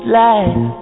life